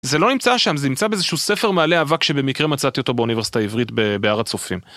זה לא נמצא שם זה נמצא באיזה שהוא ספר מעלה אבק שבמקרה מצאתי אותו באוניברסיטה העברית בהר הצופים.